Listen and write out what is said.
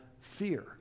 fear